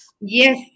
Yes